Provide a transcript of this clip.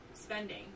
spending